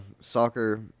soccer